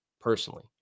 personally